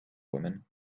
woman